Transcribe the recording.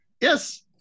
yes